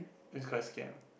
it's quite scam